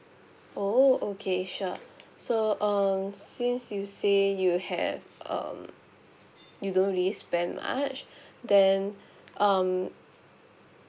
oh okay sure so um since you say you have um you don't really spend much then um